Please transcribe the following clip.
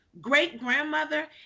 great-grandmother